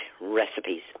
recipes